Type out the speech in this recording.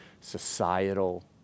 societal